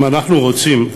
אם אנחנו רוצים,